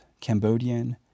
Cambodian